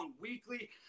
Weekly